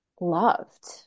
loved